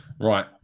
right